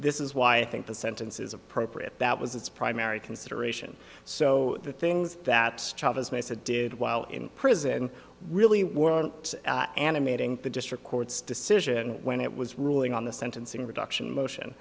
this is why i think the sentence is appropriate that was its primary consideration so the things that his mesa did while in prison really weren't animating the district court's decision when it was ruling on the sentencing reduction motion